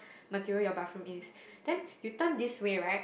material your bathroom is then you turn this way right